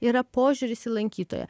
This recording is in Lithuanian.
yra požiūris į lankytoją